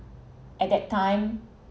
at that time